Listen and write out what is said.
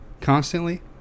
constantly